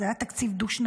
זה היה תקציב דו-שנתי,